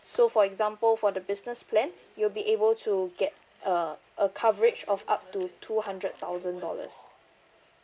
so for example for the business plan you'll be able to get uh a coverage of up to two hundred thousand dollars